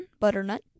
Butternut